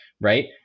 right